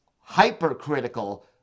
hypercritical